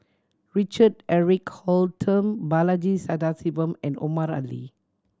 Richard Eric Holttum Balaji Sadasivan and Omar Ali